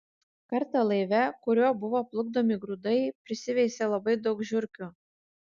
kartą laive kuriuo buvo plukdomi grūdai prisiveisė labai daug žiurkių